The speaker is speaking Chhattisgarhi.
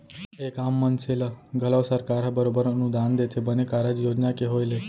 एक आम मनसे ल घलौ सरकार ह बरोबर अनुदान देथे बने कारज योजना के होय ले